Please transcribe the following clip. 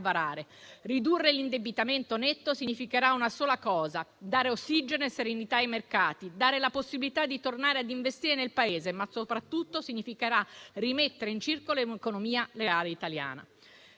varare. Ridurre l'indebitamento netto significherà una sola cosa: dare ossigeno e serenità ai mercati; dare la possibilità di tornare a investire nel Paese, ma soprattutto significherà rimettere in circolo l'economia reale italiana.